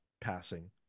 passing